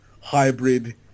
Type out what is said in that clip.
hybrid